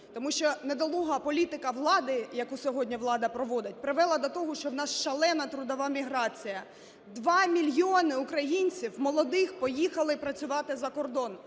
Тому що недолуга політика влади, яку сьогодні влада проводить, привела до того, що у нас шалена трудова міграція: 2 мільйони українців молодих поїхали працювати за кордон,